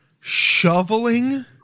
shoveling